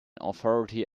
authority